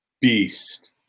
beast